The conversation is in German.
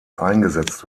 eingesetzt